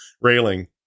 railing